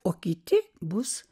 o kiti bus